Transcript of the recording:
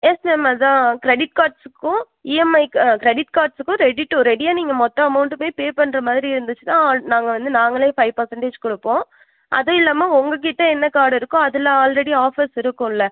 S ma'am அதான் credit கார்ட்ஸுக்கும் EMI credit கார்ட்ஸுக்கும் ரெடி டு ரெடியாக நீங்கள் மொத்த அமௌண்ட்டுமே பே பண்ற மாதிரி இருந்துச்சுனா ஆல் நாங்கள் வந்து நாங்களே ஃபைவ் பெர்ஸண்டேஜ் கொடுப்போம் அது இல்லாமல் உங்கள் கிட்ட என்ன கார்ட் இருக்கோ அதில் ஆல்ரெடி ஆஃபர்ஸ் இருக்கும்ல